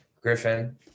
Griffin